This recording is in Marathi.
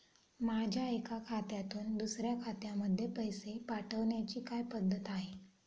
माझ्या एका खात्यातून दुसऱ्या खात्यामध्ये पैसे पाठवण्याची काय पद्धत आहे?